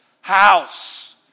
house